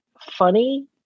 funny